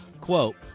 quote